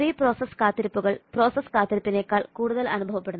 pre process കാത്തിരിപ്പുകൾ process കാത്തിരിപ്പിനെക്കാൾ കൂടുതൽ അനുഭവപ്പെടുന്നു